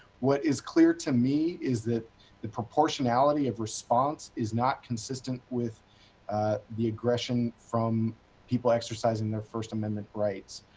what is clear to me, is that the proportionality of response, is not consistent with the aggression from people exercising their first amendment rights.